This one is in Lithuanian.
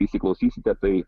įsiklausysite tai